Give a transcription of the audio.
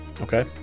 Okay